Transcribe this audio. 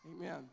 Amen